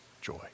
joy